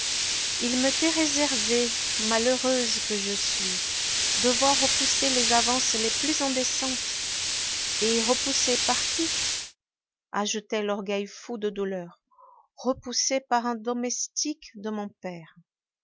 il m'était réservé malheureuse que je suis de voir repousser les avances les plus indécentes et repoussées par qui ajoutait l'orgueil fou de douleur repoussées par un domestique de mon père